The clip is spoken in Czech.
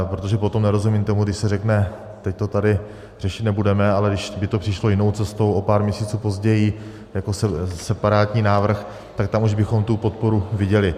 Protože potom nerozumím tomu, když se řekne: teď to tady řešit nebudeme, ale kdyby to přišlo jinou cestou o pár měsíců později jako separátní návrh, tak tam už bychom tu podporu viděli.